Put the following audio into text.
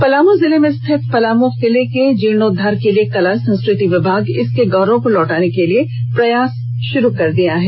पलामू जिले में स्थित पलामू किले के जीर्णोद्वार के लिए कला संस्कृति विभाग इसके गौरव को लौटाने के लिए प्रयास शुरू कर दिया है